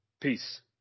Peace